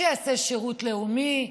שיעשה שירות לאומי.